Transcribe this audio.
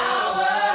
Power